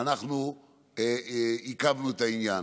אנחנו עיכבנו את העניין,